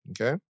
okay